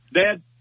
dad